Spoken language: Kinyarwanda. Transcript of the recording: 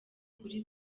kuri